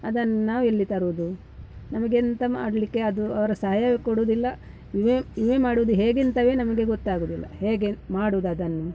ಅದನ್ನ ನಾವೆಲ್ಲಿ ತರೋದು ನಮಗೆಂತ ಮಾಡಲಿಕ್ಕೆ ಅದು ಅವರ ಸಹಾಯ ಕೊಡೋದಿಲ್ಲ ವಿಮೆ ವಿಮೆ ಮಾಡೋದು ಹೇಗೆಂತವೇ ನಮಗೆ ಗೊತ್ತಾಗೋದಿಲ್ಲ ಹೇಗೆ ಮಾಡೋದು ಅದನ್ನು